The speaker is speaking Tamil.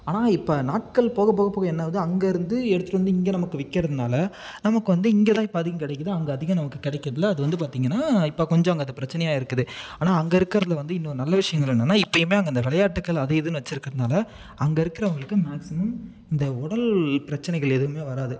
ஆனால் இப்போ நாட்கள் போக போக போக என்னாகுது அங்கேருந்து எடுத்துகிட்டு வந்து இங்கே நமக்கு விற்கிறதுனால் நமக்கு வந்து இங்கே தான் இப்போ அதிகம் கிடைக்குது அங்கே அதிகம் நமக்கு கிடைக்கிறதில்ல அது வந்து பார்த்திங்கன்னா இப்போ கொஞ்சம் அங்கே அது பிரச்சனையாக இருக்குது ஆனால் அங்கே இருக்கறதில் வந்து இன்னொரு நல்ல விஷயங்கள் என்னென்னா இப்போயுமே அந்தந்த விளையாட்டுகள் அது இதுன்னு வச்சுருக்குறதுனால அங்கே இருக்கிறவங்களுக்கு மேக்ஸிமம் இந்த உடல் பிரச்சனைகள் எதுவும் வராது